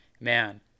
man